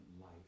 life